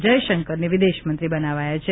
જયશંકરને વિદેશમંત્રી બનાવાયા છે